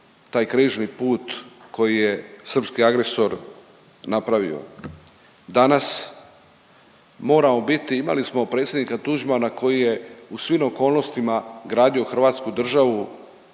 taj križni put koji je srpski agresor napravio. Danas moramo biti, imali smo predsjednika Tuđmana koji je u svim okolnostima gradio Hrvatsku državu